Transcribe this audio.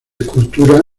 escultura